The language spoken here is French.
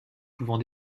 pouvant